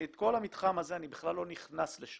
את כל המתחם הזה, אני בכלל לא נכנס לשם.